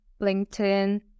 LinkedIn